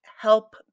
help